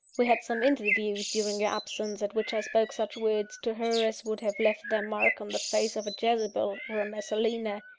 we had some interviews during your absence, at which i spoke such words to her as would have left their mark on the face of a jezebel, or a messalina.